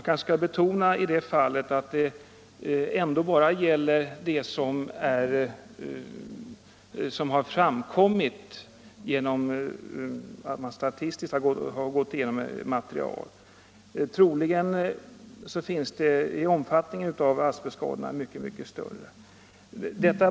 Det gäller ändå bara de fall som man kommit på genom att gå igenom ett statistiskt material. Troligen är asbestskadornas omfattning mycket större.